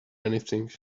anything